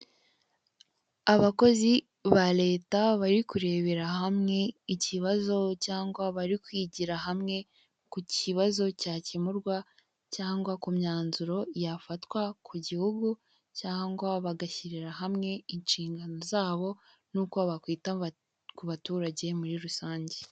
Abakozi ba leta bari kurebera hamwe ikibazo, cyangwa bari kwigira hamwe ku kibazo cyakemurwa, cyangwa ku myanzuro yafatwa ku gihugu, cyangwa bagashyirira hamwe inshingano zabo n'uko bakwita ku baturage muri rusange.